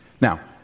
Now